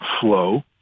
flow